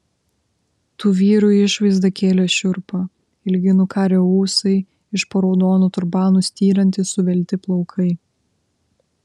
tų vyrų išvaizda kėlė šiurpą ilgi nukarę ūsai iš po raudonų turbanų styrantys suvelti plaukai